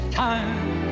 time